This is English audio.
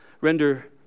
render